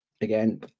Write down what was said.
again